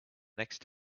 next